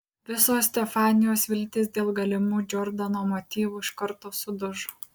visos stefanijos viltys dėl galimų džordano motyvų iš karto sudužo